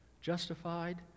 justified